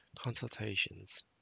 consultations